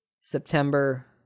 September